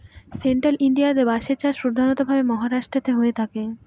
central ইন্ডিয়াতে বাঁশের চাষ প্রধান ভাবে মহারাষ্ট্রেতে হয়ে থাকে